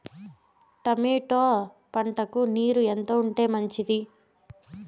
Tomato పంటకు నీరు ఎంత ఉంటే మంచిది?